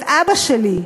את אבא שלי,